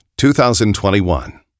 2021